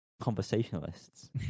conversationalists